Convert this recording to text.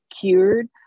cured